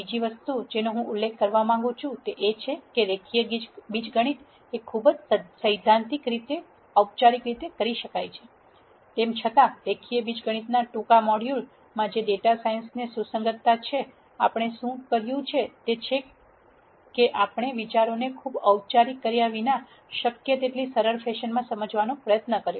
બીજી વસ્તુ જેનો હું ઉલ્લેખ કરવા માંગું છું તે એ છે કે રેખીય બીજગણિત ખૂબ સૈદ્ધાંતિક રીતે ખૂબ ઓપચારિક રીતે કરી શકાય છે તેમ છતાં રેખીય બીજગણિતના ટૂંકા મોડ્યુલમાં જેમાં ડેટા સાયન્સ ને સુસંગતતા છે આપણે શું કર્યું તે છે કે આપણે વિચારોને ખૂબ ઓપચારિક કર્યા વિના શક્ય તેટલી સરળ ફેશનમાં સમજાવવાનો પ્રયત્ન કર્યો